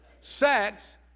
Sex